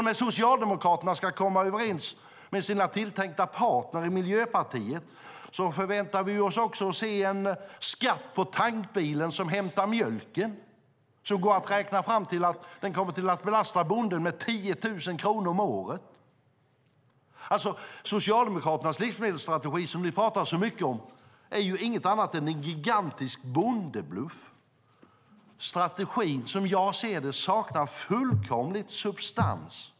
När Socialdemokraterna ska komma överens med sina tilltänkta partner i Miljöpartiet förväntar vi oss också att få se en skatt på tankbilen som hämtar mjölken. Det kan räknas fram att den kommer att belasta bonden med 10 000 kronor om året. Socialdemokraternas livsmedelsstrategi, som de pratar så mycket om, är inget annat än en gigantisk bondebluff. Som jag ser det saknar strategin fullkomligt substans.